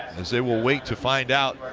as they will wait to find out.